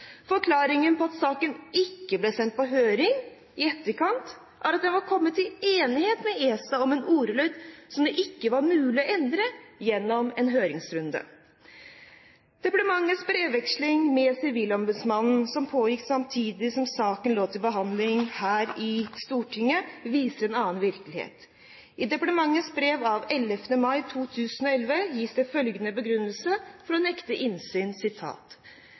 Forklaringen på at saken ikke ble sendt på høring i etterkant, er at en var kommet til enighet med ESA om en ordlyd som det ikke var mulig å endre gjennom en høringsrunde. Departementets brevveksling med sivilombudsmannen, som pågikk samtidig som saken lå til behandling her i Stortinget, viser en annen virkelighet. I departementets brev av 11. mai 2011 gis det følgende begrunnelse for å nekte innsyn: